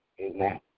Amen